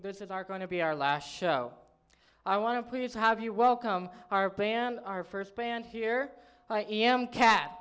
visits are going to be our last show i want to please have you welcome our band our first band here i am cat